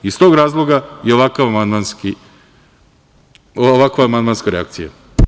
Iz tog razloga i ovakva amandmanska reakcija.